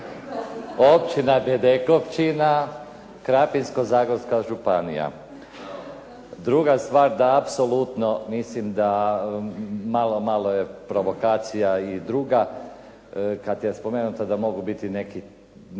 općina Bedekovčina Krapinsko-zagorska županija. Druga stvar da apsolutno mislim da malo je provokacija i druga kada je spomenuta da mogu neki